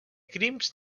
crims